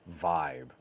vibe